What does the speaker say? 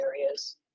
areas